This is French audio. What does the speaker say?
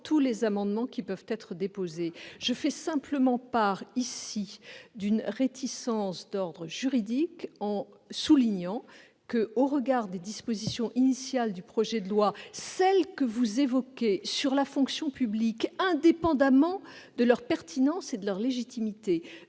tous les amendements qui peuvent être déposés. Je fais simplement part d'une réticence d'ordre juridique, en soulignant que, au regard des dispositions initiales du projet de loi, celles que vous évoquez sur la fonction publique, indépendamment de leur pertinence et de leur légitimité,